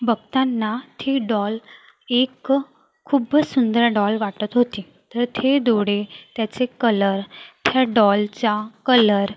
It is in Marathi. बघताना ती डॉल एक खूपच सुंदर डॉल वाटत होती तर ते डोळे त्याचे कलर त्या डॉलचा कलर